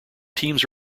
teams